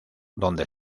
donde